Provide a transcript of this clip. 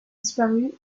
disparues